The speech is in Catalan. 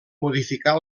modificar